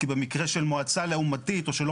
כי במקרה של מועצה לעומתית או כשלא